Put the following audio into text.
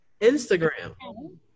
Instagram